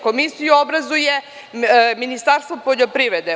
Komisiju obrazuje Ministarstvo poljoprivrede.